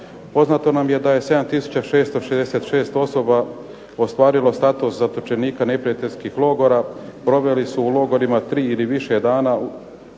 Poznato nam je 7666 osoba ostvarila status zatočenika neprijateljskih logora, proveli su u logorima 3 ili više dana,